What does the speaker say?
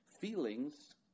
feelings